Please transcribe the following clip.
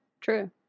true